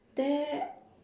there